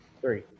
Three